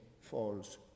falls